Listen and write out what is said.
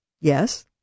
Yes